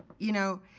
you know,